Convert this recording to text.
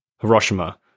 Hiroshima